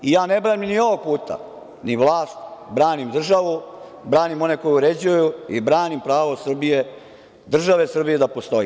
Ja ne branim ni ovog puta ni vlast, branim državu, branim one koji uređuju i branim pravo države Srbije da postoji.